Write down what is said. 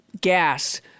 gas